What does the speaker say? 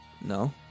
No